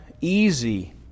easy